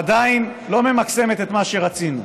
עדיין לא ממקסמת את מה שרצינו.